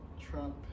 Trump